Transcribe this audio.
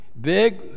big